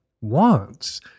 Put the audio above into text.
wants